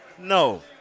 No